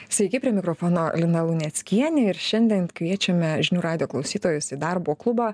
sveiki prie mikrofono lina luneckienė ir šiandien kviečiame žinių radijo klausytojus į darbo klubą